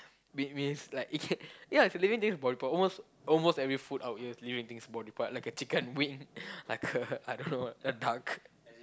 that means like it can yeah if living thing is a body part almost almost every food out here is living things body part like a chicken wing like a I don't know a duck